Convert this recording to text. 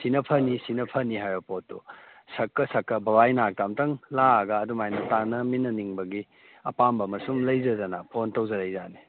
ꯁꯤꯅ ꯐꯅꯤ ꯁꯤꯅ ꯐꯅꯤ ꯍꯥꯏꯕ ꯄꯣꯠꯇꯨ ꯁꯛꯀ ꯁꯛꯀ ꯕꯕꯥꯒꯤ ꯅꯥꯛꯇ ꯑꯝꯇꯪ ꯂꯥꯛꯑꯒ ꯑꯗꯨꯃꯥꯏꯅ ꯇꯥꯟꯅꯃꯤꯟꯅꯅꯤꯡꯕꯒꯤ ꯑꯄꯥꯝꯕ ꯑꯃ ꯁꯨꯝ ꯂꯩꯖꯗꯅ ꯐꯣꯟ ꯇꯧꯖꯔꯛꯏ ꯖꯥꯠꯅꯤ